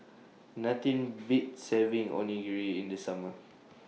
Nothing Beats having Onigiri in The Summer